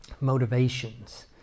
motivations